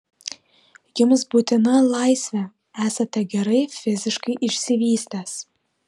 jums būtina laisvė esate gerai fiziškai išsivystęs